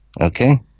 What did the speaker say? Okay